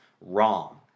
wrong